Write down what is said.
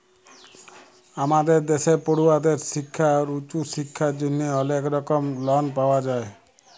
আমাদের দ্যাশে পড়ুয়াদের শিক্খা আর উঁচু শিক্খার জ্যনহে অলেক রকম লন পাওয়া যায়